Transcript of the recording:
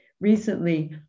recently